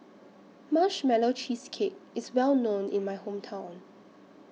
Marshmallow Cheesecake IS Well known in My Hometown